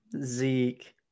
Zeke